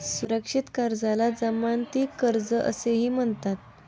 सुरक्षित कर्जाला जमानती कर्ज असेही म्हणतात